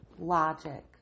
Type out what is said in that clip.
logic